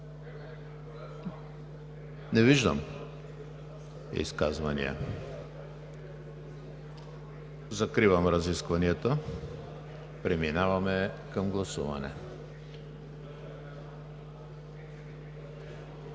Не виждам желаещи. Закривам разискванията, преминаваме към гласуване.